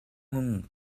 хүн